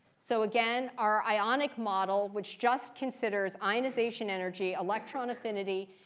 so again, our ionic model, which just considers ionization energy, electron affinity,